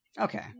Okay